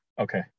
Okay